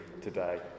today